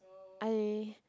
I